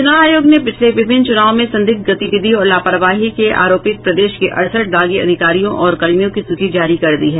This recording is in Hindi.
चुनाव आयोग ने पिछले विभिन्न चुनावों में संदिग्ध गतिविधि और लापरवाही के आरोपित प्रदेश के अड़सठ दागी अधिकारियों और कर्मियों की सूची जारी कर दी है